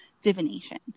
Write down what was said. divination